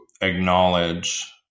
acknowledge